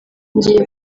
ngiye